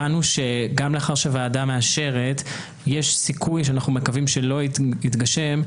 הבנו שגם לאחר שהוועדה מאשרת יש סיכוי שאנחנו מקווים שלא יתגשם,